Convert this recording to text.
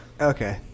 Okay